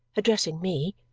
addressing me.